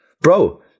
bro